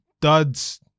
duds